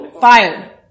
Fire